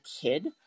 kid